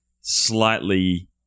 slightly